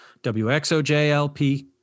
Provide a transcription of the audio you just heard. WXOJLP